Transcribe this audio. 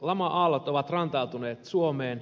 laman aallot ovat rantautuneet suomeen